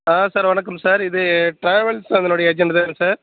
ஆ sir வணக்கம் sir இது travels அதனுடைய ஏஜென்ட் தானே சார்